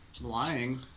lying